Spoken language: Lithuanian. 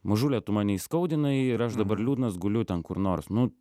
mažule tu mane įskaudinai ir aš dabar liūdnas guliu ten kur nors nu